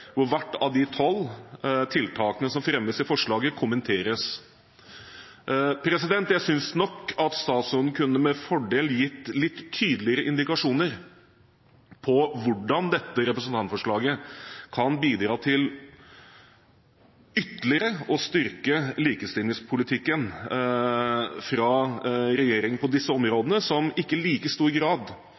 hvert av de tolv tiltakene som fremmes i forslaget, kommenteres. Jeg synes nok at statsråden med fordel kunne gitt litt tydeligere indikasjoner på hvordan dette representantforslaget kan bidra til ytterligere å styrke regjeringens likestillingspolitikk på disse områdene, og som ikke i like stor grad